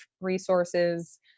resources